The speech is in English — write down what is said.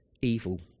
evil